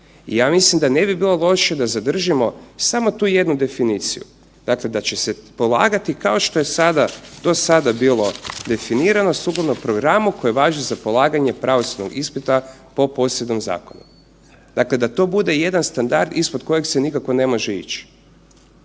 I ja mislim da ne bi bilo loše da zadržimo samo tu jednu definiciju. Dakle, da će se polagati kao što je sada, do sada bilo definirano sukladno programu koji važi za polaganje pravosudnog ispita po posebnom zakonu. Dakle, da to bude jedan standard ispod kojeg se nikako ne može ići.